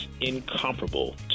incomparable